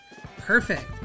Perfect